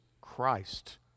Christ